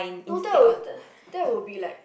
no that would that would be like